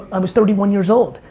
i was thirty one years old.